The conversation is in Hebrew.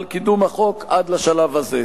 על קידום החוק עד לשלב הזה.